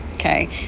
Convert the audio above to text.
Okay